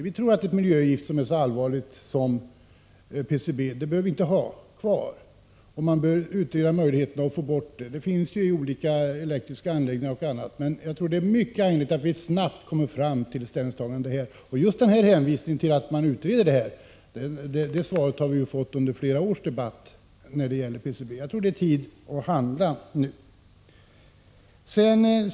Vi bör inte ha kvar ett miljögift som är så allvarligt som PCB, utan vi bör utreda möjligheterna att få bort det — det förekommer jui olika elektriska anläggningar och annat. Det är mycket angeläget att vi snabbt kommer fram till ett ställningstagande. Hänvisningen till att frågan utreds är ju ett svar som vi fått under flera års debatt om PCB-användningen. Jag tror att det är tid att handla nu.